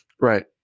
Right